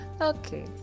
okay